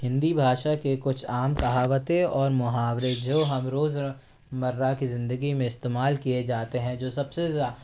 हिन्दी भाषा के कुछ आम कहावतें और मुहावरे जो हम रोज़ मर्रा के ज़िदगी में इस्तेमाल किए जाते हैं जो सबसे